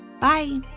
Bye